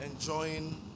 enjoying